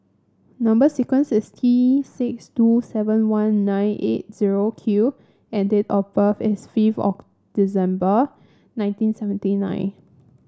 number sequence is T six two seven one nine eight zero Q and date of birth is fifth of December nineteen seventy nine